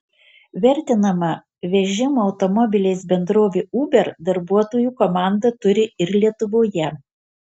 vertinama vežimo automobiliais bendrovė uber darbuotojų komandą turi ir lietuvoje